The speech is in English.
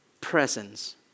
presence